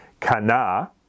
kana